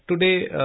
today